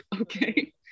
okay